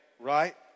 right